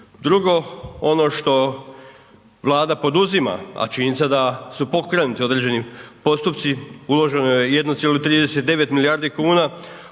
Drugo, ono što Vlada poduzima a činjenica da su pokrenuti određeni postupci uloženo je 1,39 milijardi kuna